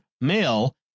male